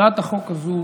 הצעת החוק הזו